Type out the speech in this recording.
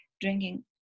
drinking